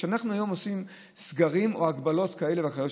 כשאנחנו עושים סגרים או הגבלות כאלה ואחרות,